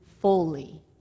fully